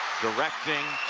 directing,